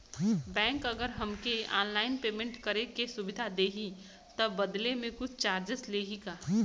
Bank अगर हमके online payment करे के सुविधा देही त बदले में कुछ चार्जेस लेही का?